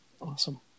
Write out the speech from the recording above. Awesome